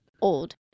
old